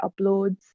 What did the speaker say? uploads